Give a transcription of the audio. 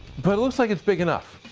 but it looks like it's big enough.